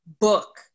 book